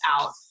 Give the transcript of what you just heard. out